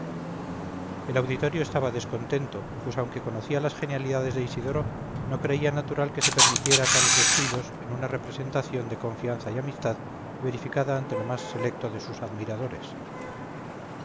el auditorio estaba descontento pues aunque conocía las genialidades de isidoro no creía natural que se permitiera tales descuidos en una representación de confianza y amistad verificada ante lo más selecto de sus admiradores